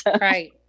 Right